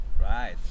Right